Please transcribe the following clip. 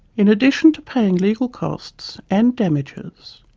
in addition to paying legal costs, and damages,